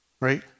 right